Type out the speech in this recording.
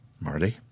Marty